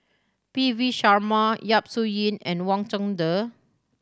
P V Sharma Yap Su Yin and Wang Chunde